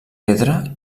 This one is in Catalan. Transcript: pedra